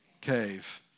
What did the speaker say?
cave